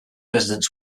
residents